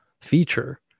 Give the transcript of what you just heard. feature